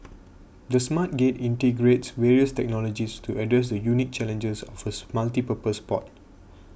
the Smart Gate integrates various technologies to address the unique challenges of a multipurpose port